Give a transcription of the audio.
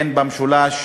הן במשולש,